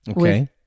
Okay